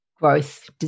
growth